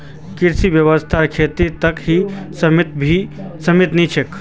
कृषि व्यवसाय खेती तक ही सीमित नी छे